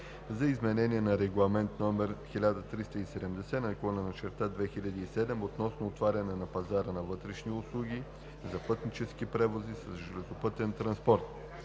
за изменение на Регламент (ЕО) № 1370/2007 относно отварянето на пазара на вътрешни услуги за пътнически превози с железопътен транспорт,“.